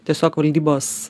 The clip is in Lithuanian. tiesiog valdybos